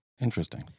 Interesting